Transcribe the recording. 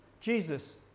jesus